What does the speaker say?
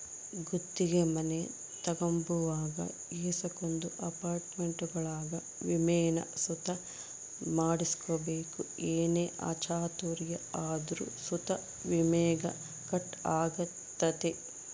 ಗುತ್ತಿಗೆ ಮನೆ ತಗಂಬುವಾಗ ಏಸಕೊಂದು ಅಪಾರ್ಟ್ಮೆಂಟ್ಗುಳಾಗ ವಿಮೇನ ಸುತ ಮಾಡ್ಸಿರ್ಬಕು ಏನೇ ಅಚಾತುರ್ಯ ಆದ್ರೂ ಸುತ ವಿಮೇಗ ಕಟ್ ಆಗ್ತತೆ